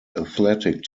athletic